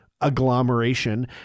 agglomeration